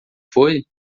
foi